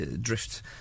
drift